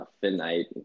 finite